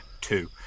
Two